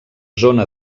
zona